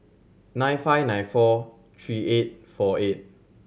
nine five nine four three eight four eight